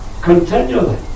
continually